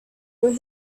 where